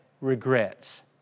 regrets